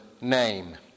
name